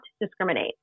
discriminate